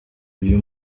uyu